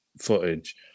footage